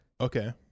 okay